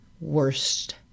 worst